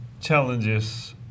challenges